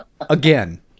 Again